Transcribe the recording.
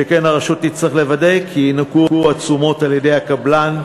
שכן הרשות תצטרך לוודא כי ינוכו התשומות על-ידי הקבלן,